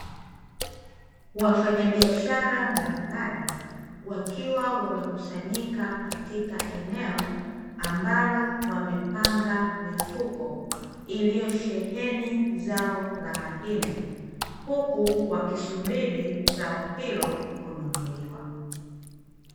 Wafanya biashara mbalimbali, wakiwa wamekusanyika katika eneo ambalo wamepanga mifuko, iliyosheheni zao la mahindi huku wakisubiri zao hilo kununuliwa.